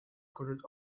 coded